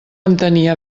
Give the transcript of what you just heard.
entenia